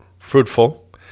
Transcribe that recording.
fruitful